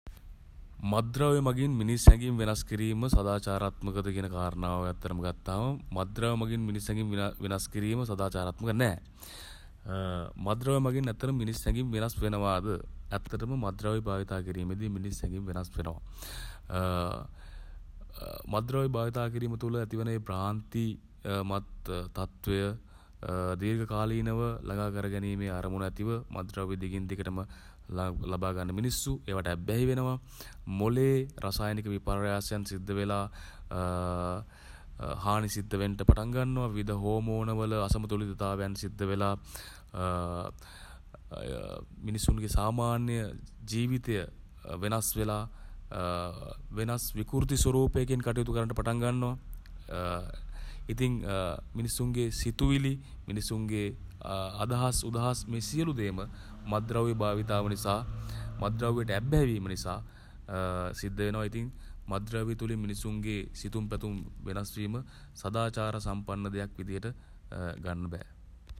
මත්ද්‍රව්‍ය මඟින් මිනිස් හැගීම් වෙනස් කිරීම සදාචාරාත්මකද කියන කාරණාව ඇත්තටම ගත්තාම මත්ද්‍රව්‍ය මඟින් මිනිස් හැගීම් වෙනස් කිරීම සදාචාරාත්මක නෑ. මත්ද්‍රව්‍ය මගින් ඇත්තටම මිනිස් හැඟීම් වෙනස් වෙනවාද ඇත්තටම මත්ද්‍රව්‍ය භාවිතා කිරීමේදී මිනිස් හැගීම් වෙනස් වෙනවා. මත්ද්‍රව්‍ය භාවිතා කිරීම තුළ ඇතිවන ඒ භ්‍රාන්ති මත් තත්වය දීර්ඝකාලීනව ළඟා කර ගැනීමේ අරමුණ ඇතිව මත්ද්‍රව්‍ය දිගින් දිගටම ලබා ගන්න මිනිස්සු ඒවට ඇබ්බැහි වෙනවා. මොළේ රසායනික විපර්යාසයන් සිද්ධ වෙලා හානි සිද්ධ වෙන්න පටන්ගන්නවා. විවිධ හෝමෝනවල අසමතුලිතතාවයන් සිද්ධ වෙලා මිනිසුනේ සාමාන්‍ය ජීවිතය වෙනස් වෙලා වෙනස් විකෘති ස්වරූපකින් කටයුතු කරන්න පටන් ගන්නවා. ඉතින් මිනිස්සුන්ගේ සිතුවිලි මිනිස්සුන්ගේ අදහස් උදහස් මේ සියලු දේම මත්ද්‍රව්‍ය භාවිතා කිරීම නිසා මත්ද්‍රව්‍යට ඇබ්බැහි වීම නිසා සිද්ධ වෙනවා. ඉතින් මත්ද්‍රව්‍ය තුලින් මිනිස්සුන්ගේ සිතුම් පැතුම් වෙනස් වීම සදාචාර සම්පන්න දෙයක් විදියට ගන්න බෑ.